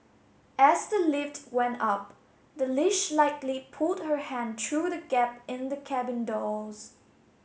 as the lift went up the leash likely pulled her hand through the gap in the cabin doors